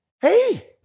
hey